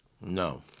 no